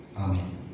Amen